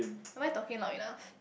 am I talking loud enough